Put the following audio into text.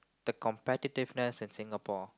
the competitiveness in Singapore